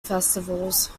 festivals